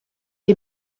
est